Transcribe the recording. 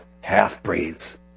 half-breeds